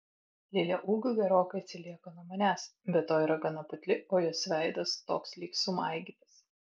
lilė ūgiu gerokai atsilieka nuo manęs be to yra gana putli o jos veidas toks lyg sumaigytas